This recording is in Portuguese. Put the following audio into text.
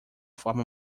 forma